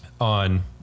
on